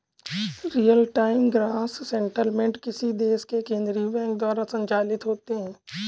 real time gross settlement किसी देश के केन्द्रीय बैंक द्वारा संचालित होते हैं